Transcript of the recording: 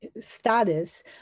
status